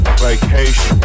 vacation